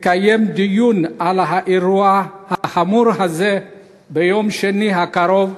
תקיים דיון על האירוע החמור הזה ביום שני הקרוב.